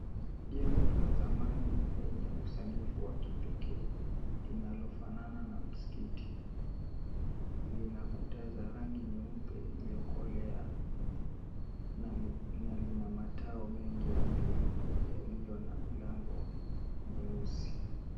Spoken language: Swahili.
Jengo la zamani lenye usanifu wa kipekee, linalofanana na msikiti lina kuta za rangi nyeupe iliyokolea na lina matao mengi ya mviringo yaliyo na milango meusi.